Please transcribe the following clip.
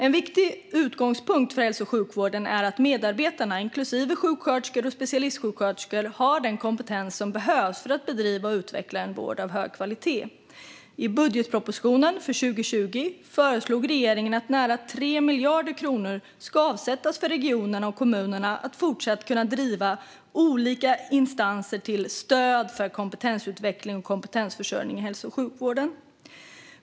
En viktig utgångspunkt för hälso och sjukvården är att medarbetarna, inklusive sjuksköterskor och specialistsjuksköterskor, har den kompetens som behövs för att bedriva och utveckla en vård av hög kvalitet. I budgetpropositionen för 2020 föreslog regeringen att nära 3 miljarder kronor ska avsättas för att regionerna och kommunerna fortsatt ska kunna bedriva olika insatser till stöd för kompetensutvecklingen och kompetensförsörjningen i hälso och sjukvården.